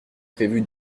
prévue